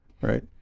right